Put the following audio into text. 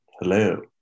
Hello